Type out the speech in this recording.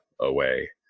away